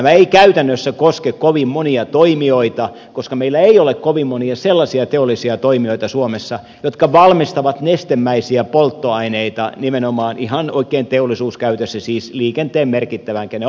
nämä eivät käytännössä koske kovin monia toimijoita koska meillä ei ole suomessa kovin monia sellaisia teollisia toimijoita jotka valmistavat nestemäisiä polttoaineita nimenomaan ihan oikein teollisuuskäytössä siis liikenteen merkittävään käyttöön